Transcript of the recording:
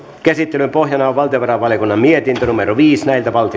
käsittelyn pohjana on valtiovarainvaliokunnan mietintö viisi